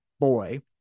boy